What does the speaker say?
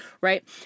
right